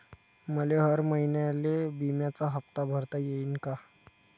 मले हर महिन्याले बिम्याचा हप्ता भरता येईन का?